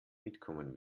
mitkommen